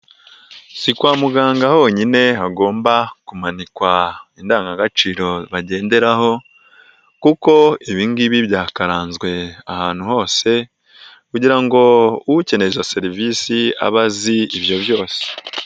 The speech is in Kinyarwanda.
Si kwa muganga honyine hagomba kumanikwa, indangagaciro bagenderaho kuko ibingibi byakaranzwe ahantu hose kugira ngo ukeneye izo serivisi abe azi ibyo byose.